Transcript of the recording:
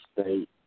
State